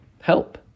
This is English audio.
help